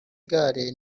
igare